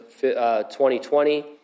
2020